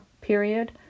period